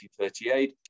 1938